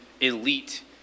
elite